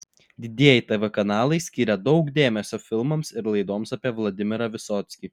didieji tv kanalai skyrė daug dėmesio filmams ir laidoms apie vladimirą vysockį